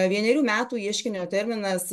vienerių metų ieškinio terminas